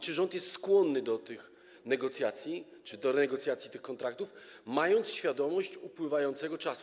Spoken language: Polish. Czy rząd jest skłonny do negocjacji czy do renegocjacji tych kontraktów, mając świadomość upływającego czasu?